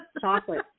Chocolate